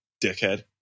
dickhead